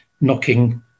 knocking